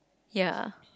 ya